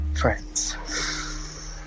friends